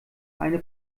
eine